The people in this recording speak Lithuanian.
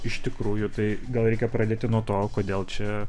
iš tikrųjų tai gal reikia pradėti nuo to kodėl čia